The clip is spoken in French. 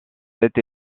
cette